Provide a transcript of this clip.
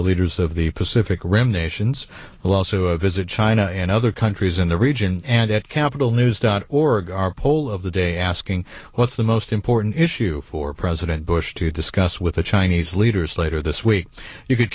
the leaders of the pacific rim nations will also visit china and other countries in the region and at capital news dot org our poll of the day asking what's the most important issue for president bush to discuss with the chinese leaders later this week you could